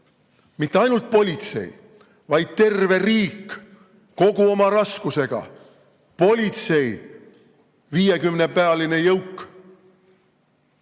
mitte ainult politsei, vaid terve riik kogu oma raskusega, politsei 50‑pealine jõuk,